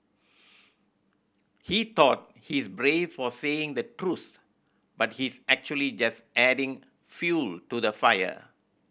he thought he's brave for saying the truth but he's actually just adding fuel to the fire